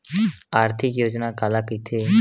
आर्थिक योजना काला कइथे?